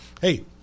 hey